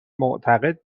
معتقد